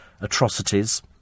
atrocities